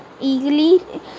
eagerly